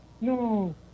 no